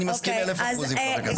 אני מסכים אלף אחוז עם חבר הכנסת שיין.